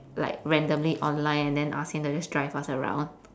like randomly online and then ask him to just drive us around